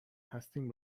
هستیم